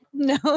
No